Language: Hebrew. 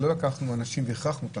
לא לקחנו אנשים והכרחנו אותם.